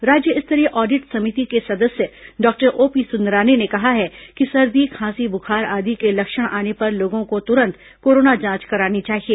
राज्य स्तरीय ऑडिट समिति के सदस्य डॉक्टर ओपी सुंदरानी ने कहा है कि सर्दी खांसी बुखार आदि के लक्षण आने पर लोगों को तुरंत कोरोना जांच करानी चाहिए